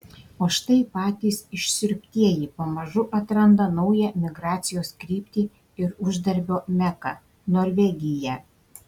o štai patys išsiurbtieji pamažu atranda naują migracijos kryptį ir uždarbio meką norvegiją